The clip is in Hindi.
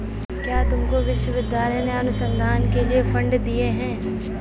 क्या तुमको विश्वविद्यालय ने अनुसंधान के लिए फंड दिए हैं?